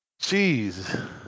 Jeez